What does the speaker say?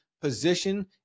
position